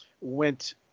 went